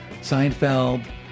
Seinfeld